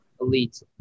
Elite